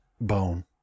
bone